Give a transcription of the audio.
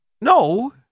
No